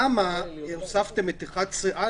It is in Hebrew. למה הוספתם את 11א,